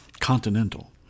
Continental